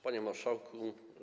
Panie Marszałku!